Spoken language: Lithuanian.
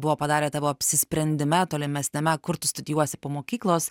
buvo padarę tavo apsisprendime tolimesniame kur tu studijuosi po mokyklos